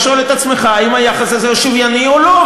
ולשאול את עצמך אם היחס הזה הוא שוויוני או לא.